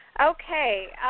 Okay